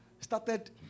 started